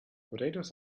potatoes